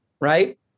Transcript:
right